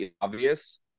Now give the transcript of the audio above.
obvious